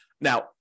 Now